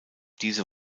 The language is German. diese